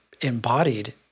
embodied